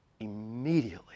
Immediately